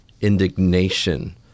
indignation